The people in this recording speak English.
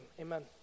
Amen